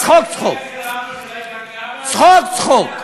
צחוק צחוק.